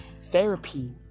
Therapy